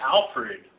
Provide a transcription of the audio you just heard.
Alfred